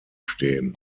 stehen